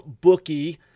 bookie